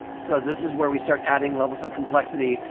so this is where we start adding levels of complexity,